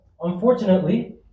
unfortunately